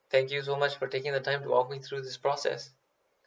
thank you so much for taking the time to walk me through this process